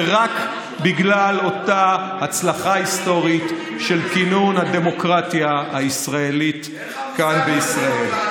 ורק בגלל אותה הצלחה היסטורית של כינון הדמוקרטיה הישראלית כאן בישראל.